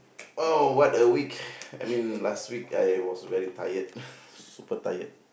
oh what a week I mean last week I was very tired super tired